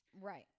Right